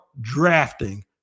drafting